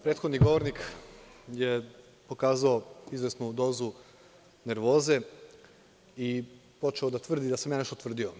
Prethodni govornik je pokazao izvesnu dozu nervoze i počeo da tvrdi da sam nešto tvrdio.